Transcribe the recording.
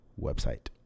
website